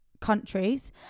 countries